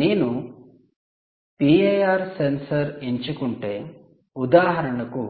నేను 'PIR sensor' 'PIR sensor' ఎంచుకుంటే ఉదాహరణకు